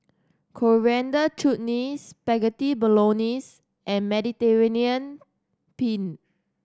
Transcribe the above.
Coriander Chutney Spaghetti Bolognese and Mediterranean Penne